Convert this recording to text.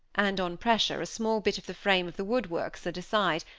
and, on pressure, a small bit of the frame of the woodwork slid aside,